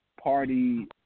party